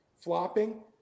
flopping